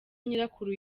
nyirakuru